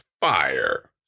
fire